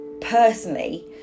personally